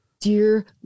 dear